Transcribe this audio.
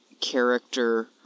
character